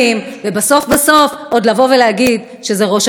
בסוף בסוף עוד לבוא ולהגיד שזה ראש הממשלה.